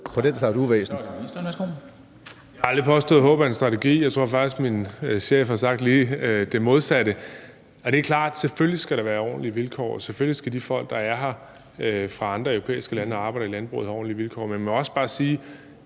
Jeg har aldrig påstået, at håb er en strategi. Jeg tror faktisk, min chef har sagt lige det modsatte. Det er klart, at selvfølgelig skal der være ordentlige vilkår, og selvfølgelig skal de folk, der er her fra andre europæiske lande og arbejder i landbruget, have ordentlige vilkår. Men jeg må også bare sige,